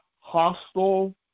hostile